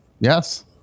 Yes